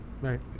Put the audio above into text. Right